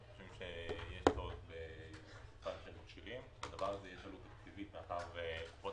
יש פחת של מכשירים, יש לזה תקציבים מאחר וקופות